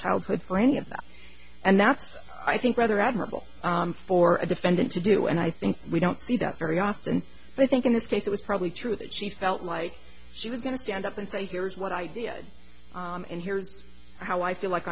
childhood for and that's i think rather admirable for a defendant to do and i think we don't see that very often but i think in this case it was probably true that she felt like she was going to stand up and say here's what i did and here's how i feel like